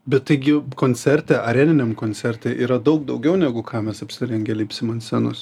bet taigi koncerte areniniam koncerte yra daug daugiau negu ką mes apsirengę lipsim ant scenos